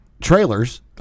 trailers